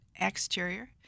exterior